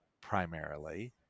primarily